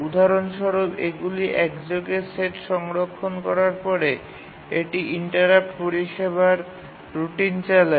উদাহরণস্বরূপ এগুলি একযোগে সেট সংরক্ষণ করার পরে এটি ইন্টারাপ্ট পরিষেবার রুটিন চালায়